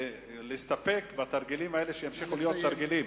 ולהסתפק בתרגילים האלה שימשיכו להיות תרגילים.